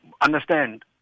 understand